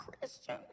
Christian